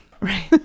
right